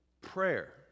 Prayer